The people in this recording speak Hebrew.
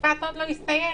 המשפט עוד לא הסתיים.